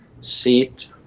seat